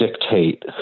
dictate